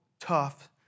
tough